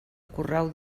correu